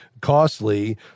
costly